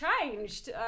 changed